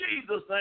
Jesus